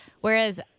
whereas